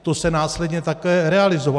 To se následně také realizovalo.